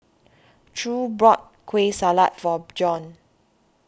True bought Kueh Salat for Bjorn